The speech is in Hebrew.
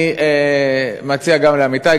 אני מציע גם לעמיתי,